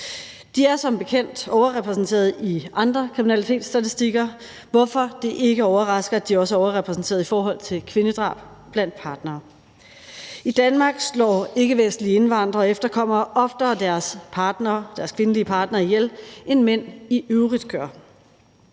De er som bekendt overrepræsenteret i andre kriminalitetsstatistikker, hvorfor det ikke overrasker, at de også er overrepræsenteret i forhold til kvindedrab blandt partnere. I Danmark slår ikkevestlige indvandrere og efterkommere oftere deres kvindelige partner ihjel, end mænd i øvrigt gør.